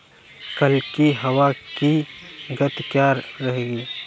कल की हवा की गति क्या रहेगी?